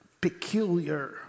peculiar